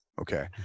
Okay